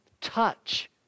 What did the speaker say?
touch